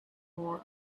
more